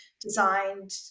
designed